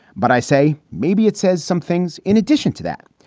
but i say maybe it says some things. in addition to that,